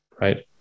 right